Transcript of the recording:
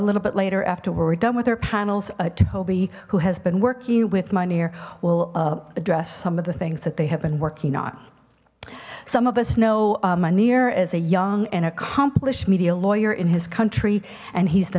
little bit later after we're done with her panels at adobe who has been working with minear we'll address some of the things that they have been working on some of us know munir is a young and accomplished media lawyer in his country and he's the